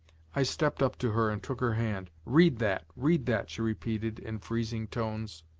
i stepped up to her and took her hand. read that, read that! she repeated in freezing tones.